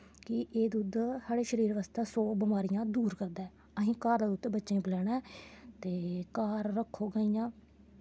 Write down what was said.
कि एह् दुद्ध साढ़े शरीर बास्तै सो बमारियां दूर करदा ऐ असें घर दा दुद्ध बच्चें गी पलैना ऐ ते घर रक्खो गाइयां